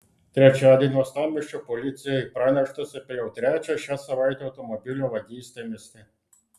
trečiadienį uostamiesčio policijai praneštas apie jau trečią šią savaitę automobilio vagystę mieste